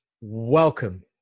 welcome